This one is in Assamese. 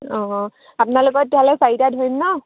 অঁ আপোনালোকৰ তেতিয়াহ'লে চাৰিটা ধৰিম ন